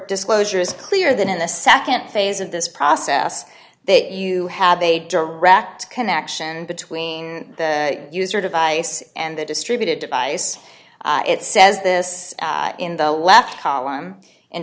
disclosure is clear that in the nd phase of this process that you have a direct connection between the user device and the distributed device it says this in the